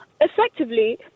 effectively